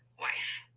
wife